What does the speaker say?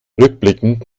rückblickend